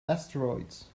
asteroids